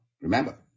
Remember